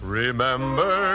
remember